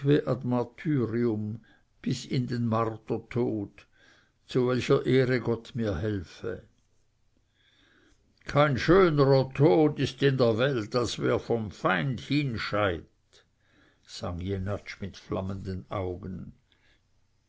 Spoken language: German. in den martertod zu welcher ehre gott mir helfe kein schönrer tod ist in der welt als wer vorm feind hinscheidt sang jenatsch mit flammenden augen